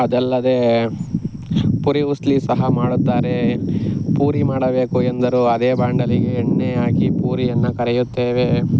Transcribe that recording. ಅದಲ್ಲದೇ ಪುರಿ ಉಸ್ಲಿ ಸಹ ಮಾಡುತ್ತಾರೆ ಪೂರಿ ಮಾಡಬೇಕು ಎಂದರೂ ಅದೇ ಬಾಂಡಲೆಗೆ ಎಣ್ಣೆ ಹಾಕಿ ಪೂರಿಯನ್ನು ಕರೆಯುತ್ತೇವೆ